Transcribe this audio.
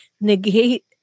negate